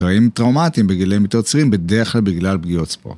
‫והם טראומטיים בגילאים יותר צעירים, ‫בדרך כלל בגלל פגיעות ספורט.